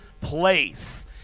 place